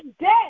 dead